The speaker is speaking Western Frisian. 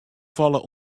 falle